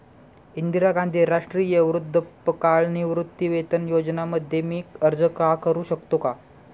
इंदिरा गांधी राष्ट्रीय वृद्धापकाळ निवृत्तीवेतन योजना मध्ये मी अर्ज का करू शकतो का?